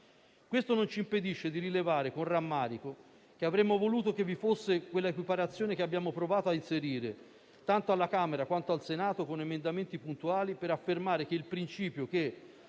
Ciò non ci impedisce di rilevare con rammarico che avremmo voluto che vi fosse quell'equiparazione che abbiamo provato a inserire tanto alla Camera quanto al Senato con emendamenti puntuali per affermare che il principio che,